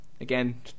again